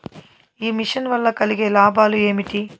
ఈ మిషన్ వల్ల కలిగే లాభాలు ఏమిటి?